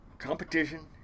competition